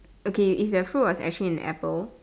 okay if the fruit was actually an apple